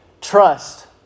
trust